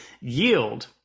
yield